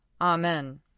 Amen